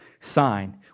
sign